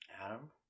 Adam